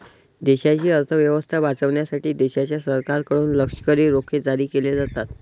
देशाची अर्थ व्यवस्था वाचवण्यासाठी देशाच्या सरकारकडून लष्करी रोखे जारी केले जातात